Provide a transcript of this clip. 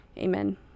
Amen